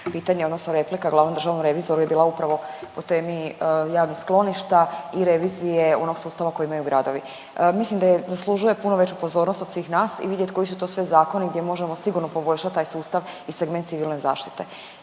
pitanje, odnosno replika glavnom državnom revizoru je bila upravo o temi javnih skloništa i revizije onog sustava kojeg imaju gradovi. Mislim da zaslužuje puno veću pozornost od svih nas i vidjet koji su to sve zakoni gdje možemo sigurno poboljšati taj sustav i segment civilne zaštite